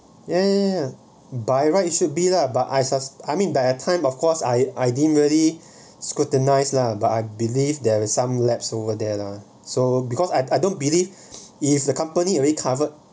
ya ya ya by right it should be lah but I sus~ I mean by at time of course I I didn't really scrutinise lah but I believe there is some laps over there lah so because I I don't believe if the company already covered